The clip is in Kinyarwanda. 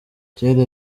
kera